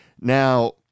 Now